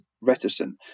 reticent